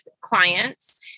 clients